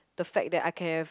the fact that I can have